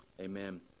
Amen